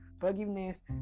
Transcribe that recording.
forgiveness